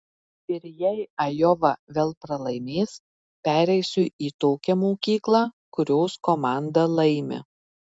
ir jei ajova vėl pralaimės pereisiu į tokią mokyklą kurios komanda laimi